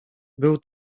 był